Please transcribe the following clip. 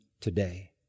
today